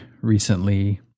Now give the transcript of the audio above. recently